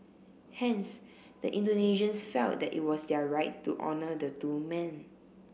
hence the Indonesians felt that it was their right to honour the two men